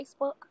Facebook